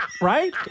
Right